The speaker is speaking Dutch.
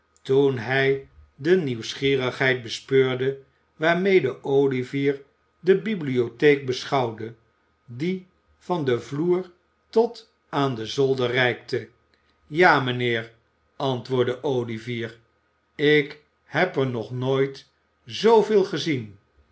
toen hij de nieuwsgierigheid bespeurde waarmede olivier de bibliotheek beschouwde die van den vloer tot aan den zolder reikte ja mijnheer antwoordde olivier ik heb er nog nooit zooveel gezien